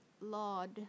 Laud